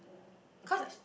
cause